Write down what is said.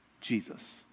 Jesus